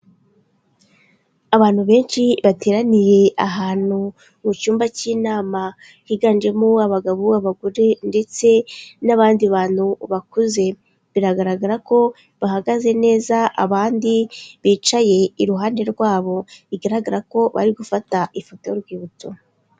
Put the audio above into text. Abantu benshi bateraniye ahantu mu cyumba cy'inama higanjemo abagabo, abagore ndetse n'abandi bantu bakuze, biragaragara ko bahagaze neza abandi bicaye iruhande rwabo, bigaragara ko bari gufata ifoto y'urwibutso.